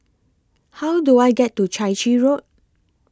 How Do I get to Chai Chee Road